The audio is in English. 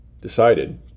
Decided